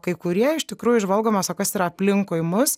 kai kurie iš tikrųjų žvalgomos o kas yra aplinkui mus